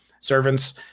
servants